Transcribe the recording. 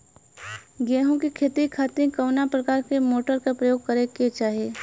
गेहूँ के खेती के खातिर कवना प्रकार के मोटर के प्रयोग करे के चाही?